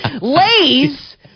Lays